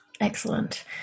Excellent